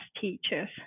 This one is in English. teachers